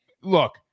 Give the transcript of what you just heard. look